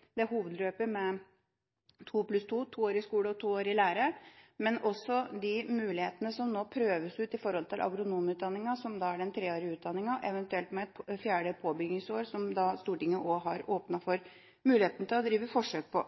to år i lære – men også de mulighetene som nå prøves ut med hensyn til agronomutdanninga, som da er den treårige utdanninga, eventuelt med et fjerde påbyggingsår, som Stortinget også har åpnet for muligheten til å drive forsøk på.